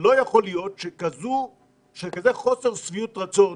לא יכולה להיות כזאת חוסר שביעות רצון